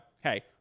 Hey